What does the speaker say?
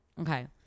Okay